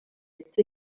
admetre